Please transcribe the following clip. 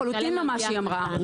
זה לחלוטין לא מה שהיא אמרה.